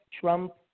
Trump